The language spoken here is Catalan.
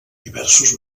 diversos